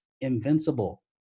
invincible